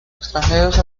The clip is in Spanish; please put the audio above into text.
extranjeros